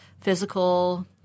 physical